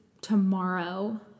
tomorrow